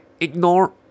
ignore